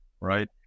right